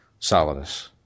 Solidus